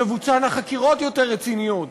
תבוצענה חקירות יותר רציניות,